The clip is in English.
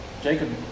Jacob